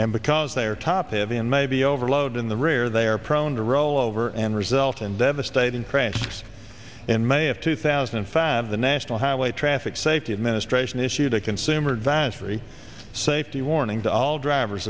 and because they are top heavy and maybe overload in the rear they are prone to rollover and result in devastating crash in may of two thousand and five the national highway traffic safety administration issued a consumer advance free safety warning to all drivers